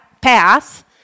path